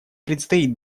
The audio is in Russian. предстоит